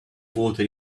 water